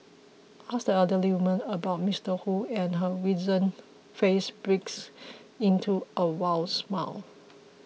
ask the elderly woman about Ms Wu and her wizened face breaks into a smile